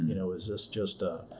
you know is this just a